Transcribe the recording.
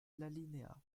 l’alinéa